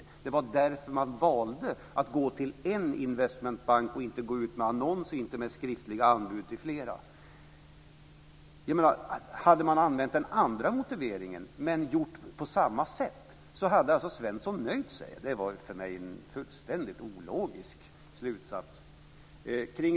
Det var därför man valde att gå till en investmentbank och inte gå ut med annons eller skriftligt till flera. Hade man använt den andra motiveringen men gjort på samma sätt hade alltså Svensson nöjt sig. Det var för mig en fullständigt ologisk slutsats.